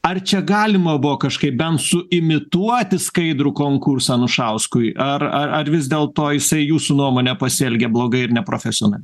ar čia galima buvo kažkaip bent su imituoti skaidrų konkursą anušauskui ar ar ar vis dėl to jisai jūsų nuomone pasielgė blogai ir neprofesionaliai